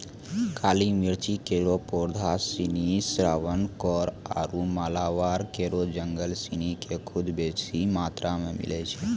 काली मिर्च केरो पौधा सिनी त्रावणकोर आरु मालाबार केरो जंगल सिनी म खूब बेसी मात्रा मे मिलै छै